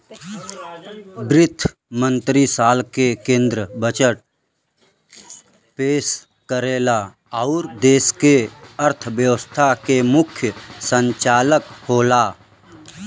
वित्त मंत्री साल क केंद्रीय बजट पेश करेला आउर देश क अर्थव्यवस्था क मुख्य संचालक होला